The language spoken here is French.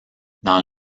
dans